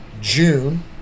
june